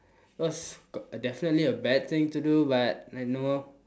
cause definitely a bad thing to do but I know